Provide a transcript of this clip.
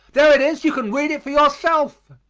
there it is. you can read it for yourself.